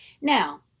now